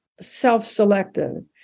self-selected